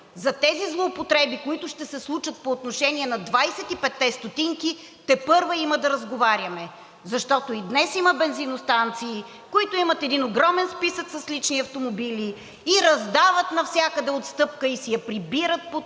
За тези злоупотреби, които ще се случат по отношение на 25-те стотинки, тепърва има да разговаряме, защото и днес има бензиностанции, които имат един огромен списък с лични автомобили и раздават навсякъде отстъпка, и си я прибират под